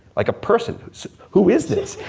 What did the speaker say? like a person. who is who is this?